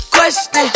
Question